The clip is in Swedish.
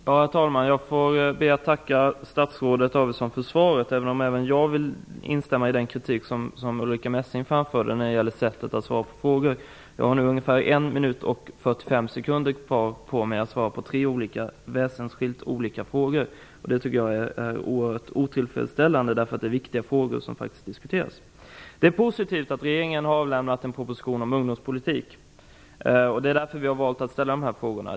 Herr talman! Jag ber att få tacka statsrådet Inger Davidson för svaret. Även jag vill dock instämma i den kritik som Ulrica Messing framförde när det gäller sättet att svara på frågor. Jag har nu ungefär 1 minut och 45 sekunder på mig att ta upp tre väsensskilda frågor. Det tycker jag är oerhört otillfredsställande, eftersom det är viktiga frågor. Det är positivt att regeringen har avlämnat en proposition om ungdomspolitik, och därför har jag valt att ställa dessa frågor.